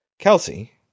Kelsey